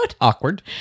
Awkward